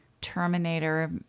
Terminator